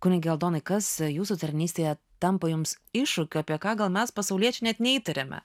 kunige aldonai kas jūsų tarnystėje tampa jums iššūkiu apie ką gal mes pasauliečiai net neįtariame